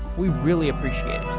we really appreciate